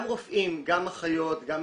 גם רופאים, גם אחיות, גם